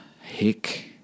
Hick